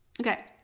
okay